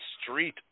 street